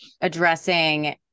addressing